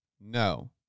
No